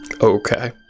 Okay